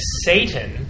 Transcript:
Satan